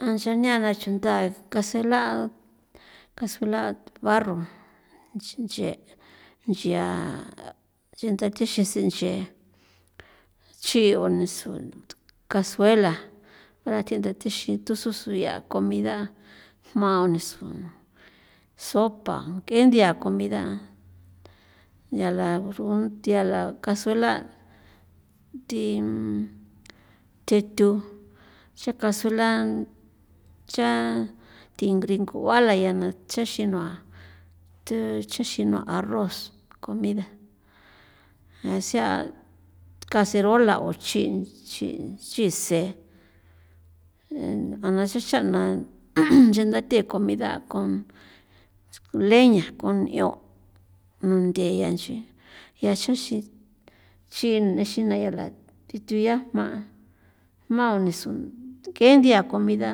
A ncha niana chunda kazela cazuela barro nche nchia nche tha thixinche chi' oniso cazuela nda thinda thixin tusoso yaa comidaa jma onise sopa, ke nthia comida yala burun nthiala cazuela tin thethu xa cazuela cha tri ringuala yana chexin nua thu chexinua arroz comida asea' cazerola o nchi nchin nchisen' ana cho cha'na chi ndathe comida con leña kon 'ion' nundhe ya nchi ya chunxi chin ixin neyala thi th ya jma jma o nisu ng'e nthia comida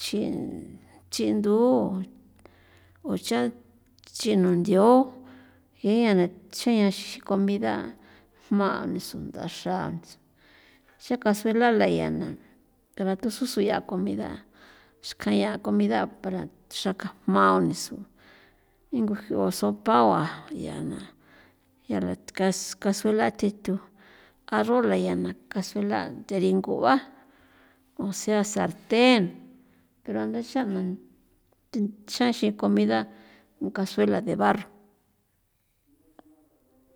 chi chindu ucha chinondio je' 'ian na chjina comida jma niso ndaxra ya cazuela la yana cara tususu ya comida xkan ya comida para xraka jma oniso ingu sopa yanaya la casuela thintho arrola yana cazuela teringo b'a osea sarten pero ndaxa'na ti chjaxin comida un cazuela de barro.